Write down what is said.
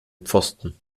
pfosten